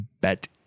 Bet